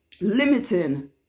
limiting